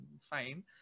Fine